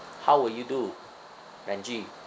how will you do benji